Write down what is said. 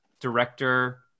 director